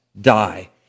die